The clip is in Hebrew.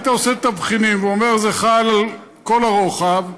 היית עושה תבחינים ואומר: זה חל על כל הרוחב,